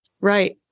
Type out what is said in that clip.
Right